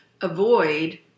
avoid